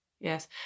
yes